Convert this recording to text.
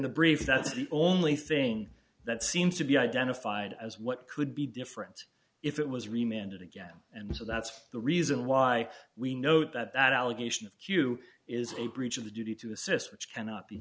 the brief that's the only thing that seems to be identified as what could be different if it was remanded again and so that's the reason why we know that that allegation of q is a breach of the duty to assist which cannot be